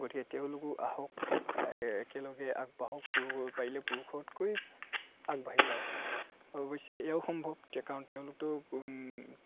গতিকে তেওঁলোকো আহক একেলগে আগবাঢ়ক পুৰুষ পাৰিলে পুৰুষতকৈ আগবাঢ়ি যাওক অৱশ্যে এয়াও সম্ভৱ কাৰণ তেওঁলোকটো